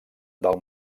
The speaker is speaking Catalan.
del